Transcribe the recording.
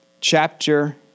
chapter